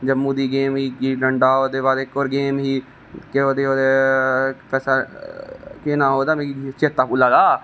जम्मू दी गेम ही गुल्ली डंडा ते ओहदे बाद इक होर गेम ही केह आखदे हे ओहदा केह् नां हा ओहदा मिगी चेता भुल्ला दा